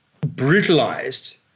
brutalized